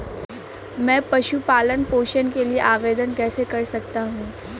मैं पशु पालन पोषण के लिए आवेदन कैसे कर सकता हूँ?